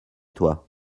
toi